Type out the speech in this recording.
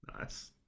Nice